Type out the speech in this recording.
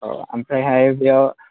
औ ओमफ्रायहाय बेयाव